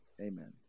amen